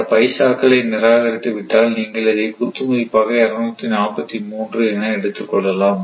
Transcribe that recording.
இந்த பைசாக்களை நிராகரித்து விட்டால் நீங்கள் இதை குத்துமதிப்பாக 243 என எடுத்துக்கொள்ளலாம்